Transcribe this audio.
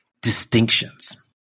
distinctions